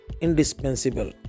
indispensable